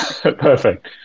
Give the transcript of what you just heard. perfect